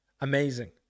amazing